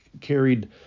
carried